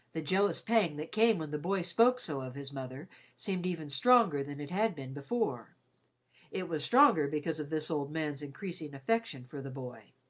the jealous pang that came when the boy spoke so of his mother seemed even stronger than it had been before it was stronger because of this old man's increasing affection for the boy.